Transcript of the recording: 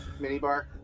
Minibar